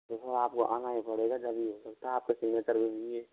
देखो आपको आना ही पड़ेगा जभी हो सकता है आपके सिग्नेचर भी लेंगे